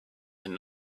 and